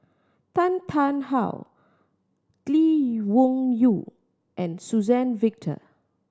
Tan Tarn How Lee Wung Yew and Suzann Victor